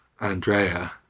Andrea